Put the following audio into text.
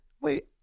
Wait